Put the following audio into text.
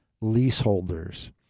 leaseholders